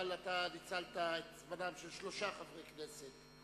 אבל אתה ניצלת את זמנם של שלושה חברי כנסת.